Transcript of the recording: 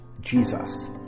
Jesus